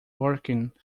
working